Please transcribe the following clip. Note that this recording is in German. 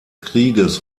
krieges